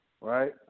Right